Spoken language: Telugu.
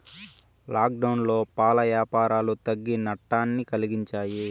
లాక్డౌన్లో పాల యాపారాలు తగ్గి నట్టాన్ని కలిగించాయి